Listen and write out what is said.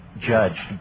judged